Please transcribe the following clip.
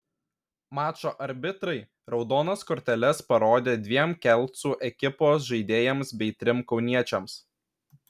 mačo arbitrai raudonas korteles parodė dviem kelcų ekipos žaidėjams bei trim kauniečiams